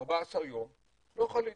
14 יום, לא חליתי.